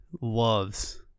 loves